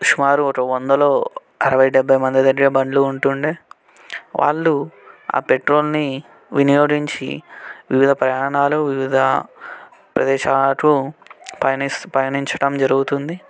సుమారు ఒక వందలో అరవై డెబ్బై మంది దగ్గరే బండ్లు ఉంటుండేవి వాళ్ళు ఆ పెట్రోల్ని వినియోగించి వివిధ ప్రయాణాలు వివిధ ప్రదేశాలకు పయనిస్తూ పయనించటం జరుగుతుంది